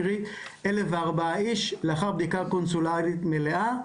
קרי 1,004 איש, לאחר בדיקה קונסולרית מלאה,